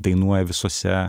dainuoja visuose